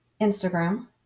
Instagram